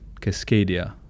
Cascadia